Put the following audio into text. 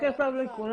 בוקר טוב לכולם.